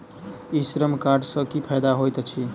ई Shram card सँ की फायदा होइत अछि?